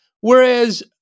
whereas